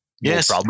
Yes